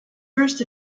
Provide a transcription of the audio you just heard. first